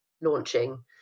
launching